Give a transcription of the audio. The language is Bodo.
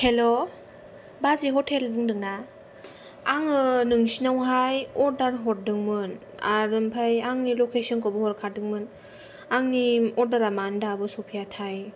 हेल' बाजै हटेल बुंदोंना आङो नोंसिनावहाय अर्डार हरदोंमोनआरो ओमफाय आंनि लकेसनखौबो हरखादोंमोन आंनि अर्डारा मानो दाबो सफैयाथाय